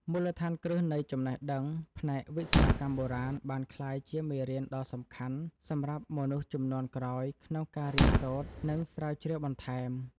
មូលដ្ឋានគ្រឹះនៃចំណេះដឹងផ្នែកវិស្វកម្មបុរាណបានក្លាយជាមេរៀនដ៏សំខាន់សម្រាប់មនុស្សជំនាន់ក្រោយក្នុងការរៀនសូត្រ និងស្រាវជ្រាវបន្ថែម។